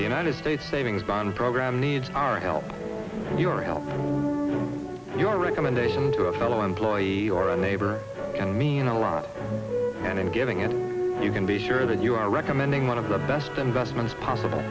the united states savings bond program needs our help and your help your recommendation to a fellow employee or a neighbor and mean a lot and giving if you can be sure that you are recommending one of the best investments possible